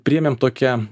priėmėm tokią